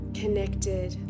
connected